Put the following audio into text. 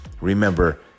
remember